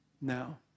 now